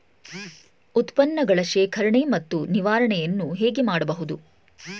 ಉತ್ಪನ್ನಗಳ ಶೇಖರಣೆ ಮತ್ತು ನಿವಾರಣೆಯನ್ನು ಹೇಗೆ ಮಾಡಬಹುದು?